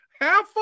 half